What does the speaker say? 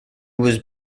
was